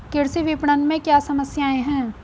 कृषि विपणन में क्या समस्याएँ हैं?